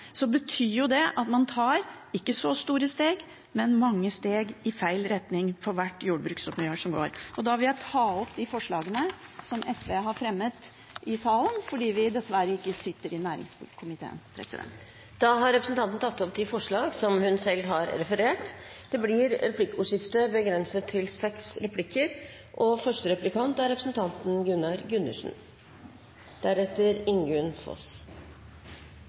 så får man komme til Stortinget etterpå og rette opp de verste feilene – betyr det at man ikke tar så store steg, men mange steg i feil retning for hvert jordbruksoppgjør som går. Jeg vil ta opp de forslagene som SV har fremmet i salen, fordi vi dessverre ikke sitter i næringskomiteen. Representanten Karin Andersen har tatt opp de forslagene hun refererte til. Det blir replikkordskifte. Representanten Andersen sa at det skulle være rom for små bruk og